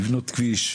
לבנות כביש.